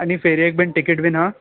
आनी फेरयेक बीन टिकेट बीन हां